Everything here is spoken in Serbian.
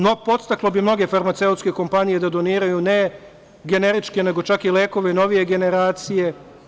No, podstaklo bi mnoge farmaceutske kompanije da doniraju ne generičke, nego čak i lekove novije generacije.